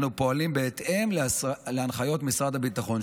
אנו פועלים בהתאם להנחיות משרד הביטחון.